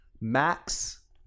Max